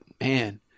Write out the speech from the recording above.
man